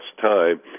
time